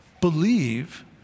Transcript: believe